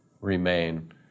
remain